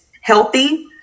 healthy